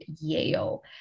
Yale